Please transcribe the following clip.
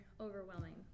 overwhelming